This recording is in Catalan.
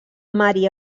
maria